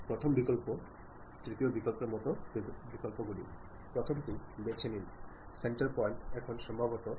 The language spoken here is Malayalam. അതിനു മുമ്പ് ഈ ആശയം ലഭിക്കേണ്ട വ്യക്തിയുടെയോ ലക്ഷ്യസ്ഥാനത്തിന്റെയോ പശ്ചാത്തലത്തെക്കുറിച്ച് മനസ്സിലാക്കേണ്ടതുണ്ട്